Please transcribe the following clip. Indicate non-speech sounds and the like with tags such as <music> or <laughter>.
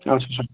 <unintelligible>